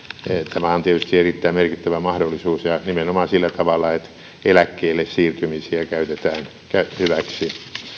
tämä on tietysti erittäin merkittävä mahdollisuus ja nimenomaan sillä tavalla että eläkkeelle siirtymisiä käytetään hyväksi